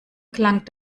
klang